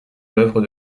l’œuvre